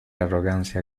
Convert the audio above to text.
arrogancia